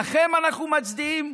לכם אנחנו מצדיעים,